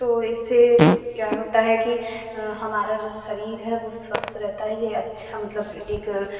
तो इससे क्या होता है कि हमारा जो शरीर है वो स्वस्थ रहता है ये अच्छा मतलब एक